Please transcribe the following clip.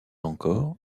encore